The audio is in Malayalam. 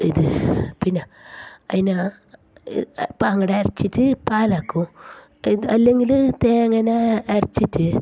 ഇത് പിന്നെ അതിനെ ഇപ്പോൾ അങ്ങട് അരച്ചിട്ട് പാലാക്കും അല്ലെങ്കിൽ തേങ്ങയെ അരച്ചിട്ട്